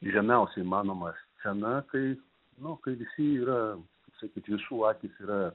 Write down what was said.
žemiausia įmanoma scena kai nu kai visi yra kaip sakyt visų akys yra